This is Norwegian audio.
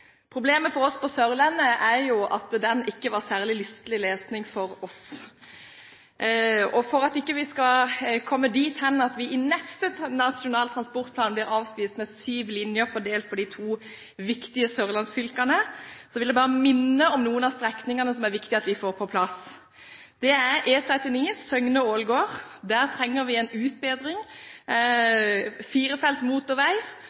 Problemet for oss på Sørlandet er at den ikke var særlig lystelig lesning for oss. For at vi ikke skal komme dit hen at vi i neste Nasjonal transportplan blir avspist med syv linjer fordelt på de to viktige sørlandsfylkene, vil jeg bare minne om noen av strekningene som det er viktig at vi får på plass. Det gjelder E39 Søgne–Ålgård – der trenger vi en utbedring, firefelts motorvei